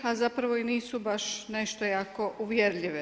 A zapravo i nisu baš nešto jako uvjerljive.